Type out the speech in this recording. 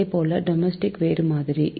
அதுபோல டொமெஸ்டிக் வேறுமாதிரி